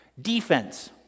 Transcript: defense